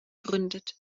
gründet